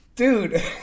Dude